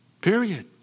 period